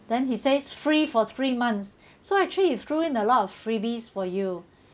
then he says free for three months so actually he has threw in a lot of freebies for you